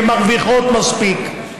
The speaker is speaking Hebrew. כי הן מרוויחות מספיק.